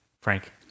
Frank